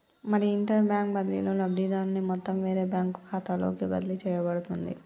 మరి inter bank బదిలీలో లబ్ధిదారుని మొత్తం వేరే బ్యాంకు ఖాతాలోకి బదిలీ చేయబడుతుంది